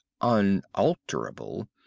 unalterable